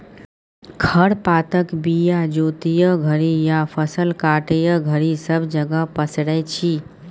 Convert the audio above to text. खर पातक बीया जोतय घरी या फसल काटय घरी सब जगह पसरै छी